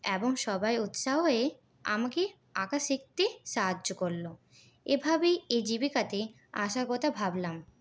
এবং সবাই উৎসাহ হয়ে আমাকে আঁকা শিখতে সাহায্য করলো এভাবেই এই জীবিকাতে আসার কথা ভাবলাম